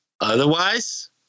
otherwise